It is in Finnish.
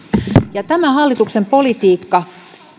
ja tämä hallituksen politiikka